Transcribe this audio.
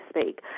speak